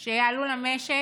זה יעלה למשק,